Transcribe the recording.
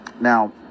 Now